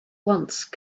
once